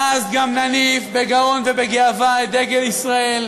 ואז גם נניף בגאון ובגאווה את דגל ישראל,